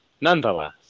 nonetheless